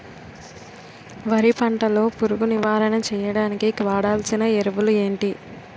వరి పంట లో పురుగు నివారణ చేయడానికి వాడాల్సిన ఎరువులు ఏంటి?